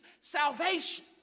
salvation